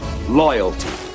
loyalty